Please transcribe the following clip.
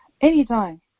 anytime